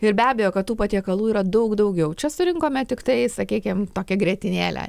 ir be abejo kad tų patiekalų yra daug daugiau čia surinkome tiktai sakykime tokią grietinėlę